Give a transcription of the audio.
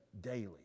daily